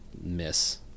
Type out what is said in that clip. miss